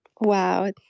Wow